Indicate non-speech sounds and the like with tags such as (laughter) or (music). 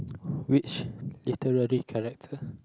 (noise) which literary character